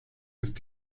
ist